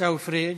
עיסאווי פריג'